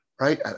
Right